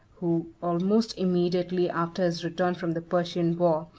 who, almost immediately after his return from the persian war,